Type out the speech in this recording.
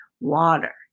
water